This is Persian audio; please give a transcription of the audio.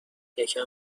یکم